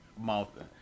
mouth